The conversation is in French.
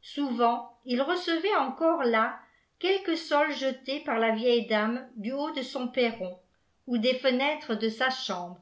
souvent il recevait encore là quelques sols jetés par la vieille dame du haut de son perron ou des fenêtres de sa chambre